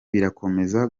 birakomeza